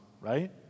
right